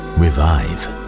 revive